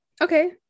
Okay